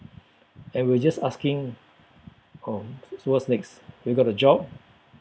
and we're just asking oh so what's next we got a job